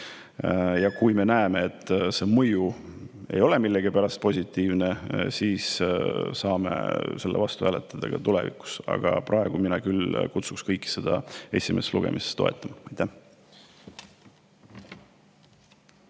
Ja kui me näeme, et see mõju ei ole millegipärast positiivne, siis saame selle vastu hääletada ka tulevikus. Aga praegu mina küll kutsuks kõiki seda [eelnõu] esimesel lugemisel toetama.